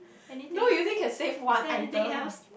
no you only can save one item